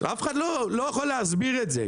אף אחד לא יכול להסביר את זה,